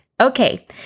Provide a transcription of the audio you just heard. Okay